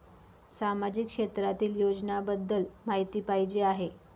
सामाजिक क्षेत्रातील योजनाबद्दल माहिती पाहिजे आहे?